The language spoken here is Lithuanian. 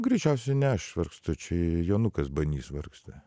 greičiausiai ne aš vargstu čia jonukas banys vargsta